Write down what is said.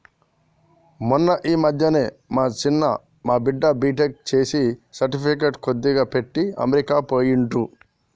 మొన్న ఈ మధ్యనే మా చిన్న మా బిడ్డ బీటెక్ చేసి సర్టిఫికెట్లు కొద్దిగా పెట్టి అమెరికా పోయిండు